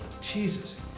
Jesus